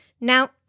Now